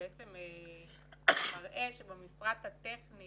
שמראה שבמפרט הטכני